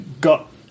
got